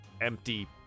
empty